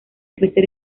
crecer